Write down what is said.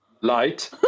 light